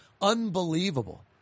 unbelievable